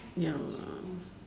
ya